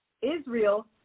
Israel